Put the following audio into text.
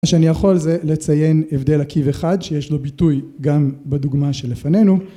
מה שאני יכול זה לציין הבדל עקיב אחד שיש לו ביטוי גם בדוגמה שלפנינו